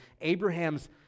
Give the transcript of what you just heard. Abraham's